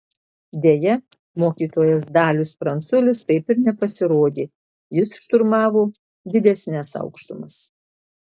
deja mokytojas dalius pranculis taip ir nepasirodė jis šturmavo didesnes aukštumas